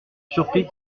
surprit